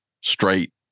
straight